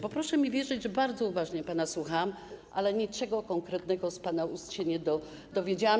Bo proszę mi wierzyć, że bardzo uważnie pana słuchałam, ale niczego konkretnego z pana ust się nie dowiedziałam.